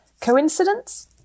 Coincidence